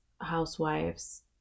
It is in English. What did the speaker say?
housewives